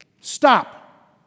Stop